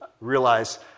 realize